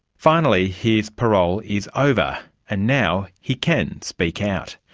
finally his parole is over and now he can speak out.